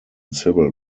civil